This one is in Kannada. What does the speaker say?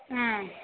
ಹ್ಞೂ